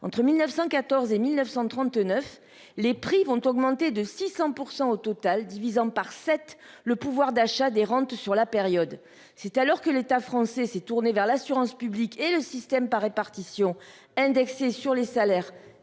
entre 1914 et 1939, les prix vont augmenter de 600 % au total, divisant par sept le pouvoir d'achat des rentes sur la période ». L'État français s'est alors tourné vers l'assurance publique et le système par répartition indexé sur les salaires